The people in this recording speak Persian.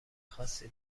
خاصی